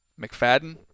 McFadden